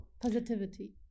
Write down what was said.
Positivity